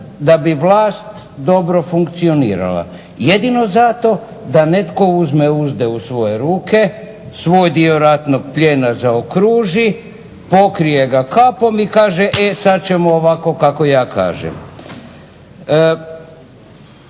da bi vlast dobro funkcionirala? Jedino zato da netko uzme uzde u svoje ruke, svoj dio ratnog plijena zaokruži, pokrije ga kapom i kaže e sada ćemo ovako kako ja kažem.